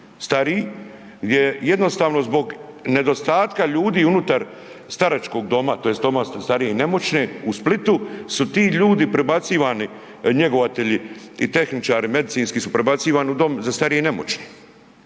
stariji, gdje jednostavno zbog nedostatka ljudi unutar staračkog doma tj. doma za starije i nemoćne u Splitu su ti ljudi prebacivani, njegovatelji i tehničari medicinski su prebacivani u dom za starije i nemoćne.